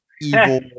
evil